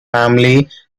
traces